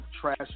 trash